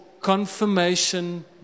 confirmation